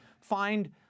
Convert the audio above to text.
find